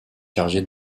chargé